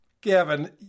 Gavin